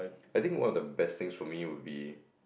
I think one of the best things for me would be